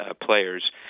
players